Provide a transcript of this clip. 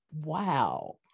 wow